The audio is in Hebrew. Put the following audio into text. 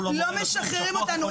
לא משחררים אותנו,